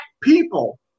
people